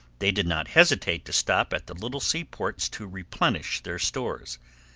they did not hesitate to stop at the little seaports to replenish their stores.